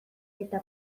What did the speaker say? eta